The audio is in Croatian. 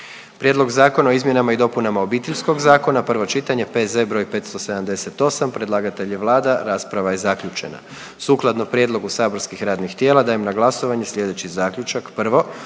Prijedlog Zakona o hrvatskom jeziku, prvo čitanje, P.Z. br. 572, predlagatelj je Vlada RH, rasprava je zaključena. Sukladno prijedlogu saborskih radnih tijela dajem na glasovanje sljedeći zaključak: 1.